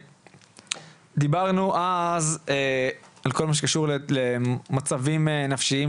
דיברנו אז על כל מה שקשור למצבים נפשיים